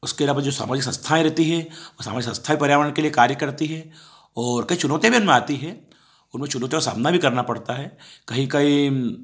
उसके अलावा जो सामाजिक संस्थाएँ रहती हैं वो सामाजिक संस्थाएं पर्यावरण के लिए कार्य करती हैं और कई चुनौतियाँ भी इनमें आती हैं उनमें चुनौतियों का सामना भी करना पड़ता है कहीं कहीं